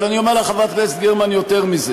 אבל אני אומר לך, חברת הכנסת גרמן, יותר מזה.